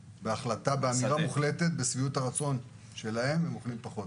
באמירה מוחלטת של שביעות הרצון שלהם הם אוכלים פחות טוב.